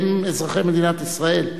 הם אזרחי מדינת ישראל,